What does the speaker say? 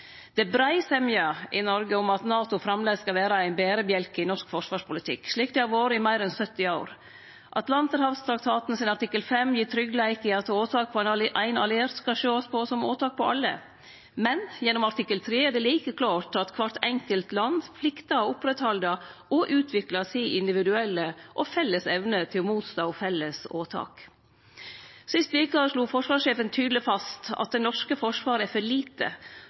Det er brei semje i Noreg om at NATO framleis skal vere ein berebjelke i norsk forsvarspolitikk, slik det har vore i meir enn 70 år. Artikkel 5 i Atlanterhavstraktaten gir tryggleik for at åtak på éin alliert skal sjåast på som åtak på alle. Men gjennom artikkel 3 er det like klårt at kvart enkelt land pliktar å oppretthalde og utvikle si individuelle og felles evne til å stå imot felles åtak. Sist veke slo forsvarssjefen tydeleg fast at det norske forsvaret er for lite,